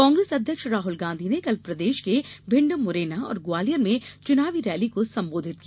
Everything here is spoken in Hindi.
कांग्रेस अध्यक्ष राहल गांधी ने कल प्रदेश के भिंड मुरैना और ग्वालियर में चुनावी रैली को संबोधित किया